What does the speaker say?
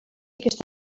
aquesta